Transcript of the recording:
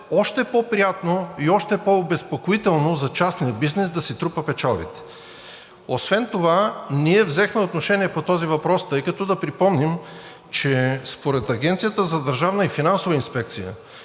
още по-приятно и още по-обезпокоително за частния бизнес да си трупа печалбите. Освен това ние взехме отношение по този въпрос, тъй като да припомним, че според Агенцията за държавна и финансова инспекция,